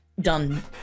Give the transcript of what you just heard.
done